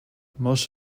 most